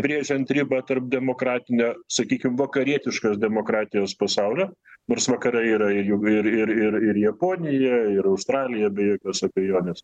brėžiant ribą tarp demokratinio sakykim vakarietiškos demokratijos pasaulio nors vakarai yra juk ir ir ir ir japonija ir australija be jokios abejonės